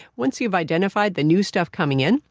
once he's identified the new stuff coming in,